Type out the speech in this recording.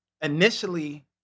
initially